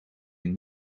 een